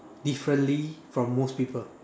differently from most people